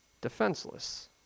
defenseless